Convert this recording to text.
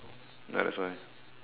ya that's why